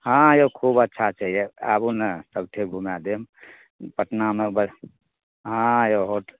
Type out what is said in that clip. हँ यौ खुब अच्छा छै यौ आबु ने सबठाम घुमा देम पटनामे हँ यौ होट